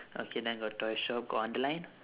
okay then got toy shop got underline